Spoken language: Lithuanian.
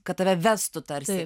kad tave vestų tarsi